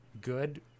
good